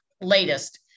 latest